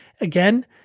again